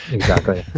exactly.